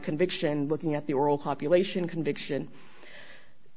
conviction looking at the oral copulation conviction